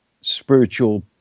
spiritual